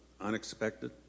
unexpected